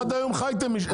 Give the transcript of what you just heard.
עד היום חייתם מזה,